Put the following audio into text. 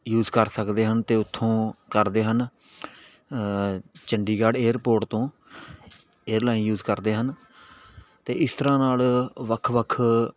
use ਕਰ ਸਕਦੇ ਹਨ ਅਤੇ ਉੱਥੋਂ ਕਰਦੇ ਹਨ ਚੰਡੀਗੜ੍ਹ ਏਅਰਪੋਰਟ ਤੋਂ ਏਅਰਲਾਈਨ ਯੂਜ ਕਰਦੇ ਹਨ ਅਤੇ ਇਸ ਤਰ੍ਹਾਂ ਨਾਲ ਵੱਖ ਵੱਖ